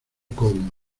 cómo